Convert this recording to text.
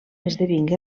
esdevingué